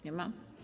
Nie ma.